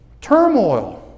Turmoil